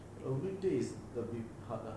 on weekdays a bit hard lah